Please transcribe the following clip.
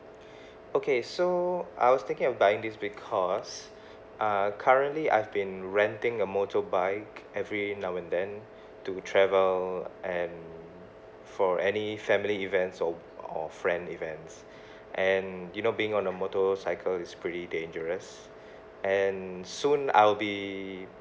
okay so I was think of buying this because uh currently I've been renting a motorbike every now and then to travel and for any family event so or friend events and you know being on a motorcycle is pretty dangerous and soon I'll be